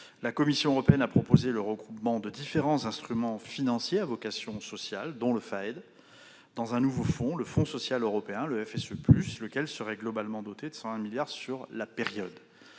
La Commission européenne a proposé le regroupement de différents instruments financiers à vocation sociale, dont le FEAD, dans un nouveau fonds, le FSE+, lequel serait globalement doté de 120 milliards d'euros sur la période.